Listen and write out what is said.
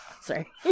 Sorry